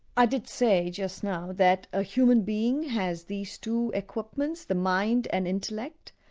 i did say just now that a human being has these two equipments, the mind and intellect.